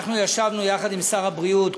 אנחנו ישבנו יחד עם שר הבריאות,